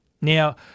Now